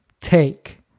take